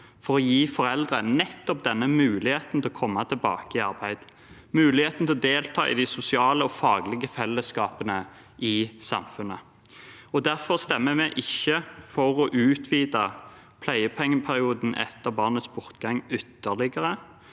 for å gi foreldre nettopp denne muligheten til å komme tilbake i arbeid – muligheten til å delta i de sosiale og faglige fellesskapene i samfunnet. Derfor stemmer vi ikke for å utvide pleiepengeperioden etter barnets bortgang ytterligere.